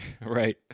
Right